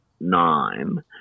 nine